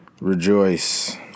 Rejoice